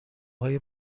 های